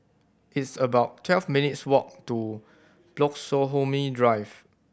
it's about twelve minutes' walk to Bloxhome Drive